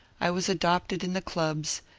i was adopted in the clubs,